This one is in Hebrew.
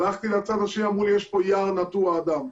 הלכתי לצד השני, אמרו לי, יש פה יער נטוע אדם.